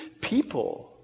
people